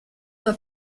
nur